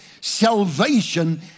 Salvation